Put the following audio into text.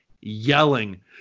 yelling